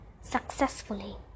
successfully